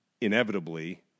inevitably